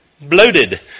bloated